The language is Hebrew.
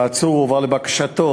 העצור הועבר לבקשתו,